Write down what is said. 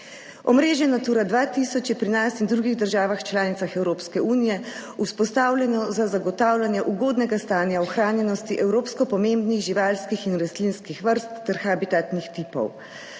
Omrežje Natura 2000 je pri nas in drugih državah članicah Evropske unije vzpostavljeno za zagotavljanje ugodnega stanja ohranjenosti evropsko pomembnih živalskih in rastlinskih vrst ter habitatnih tipov.